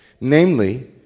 Namely